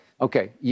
Okay